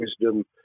wisdom